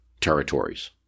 territories